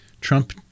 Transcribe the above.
Trump